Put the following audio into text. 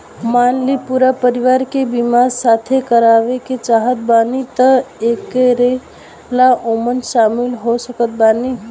मान ली पूरा परिवार के बीमाँ साथे करवाए के चाहत बानी त के के ओमे शामिल हो सकत बा?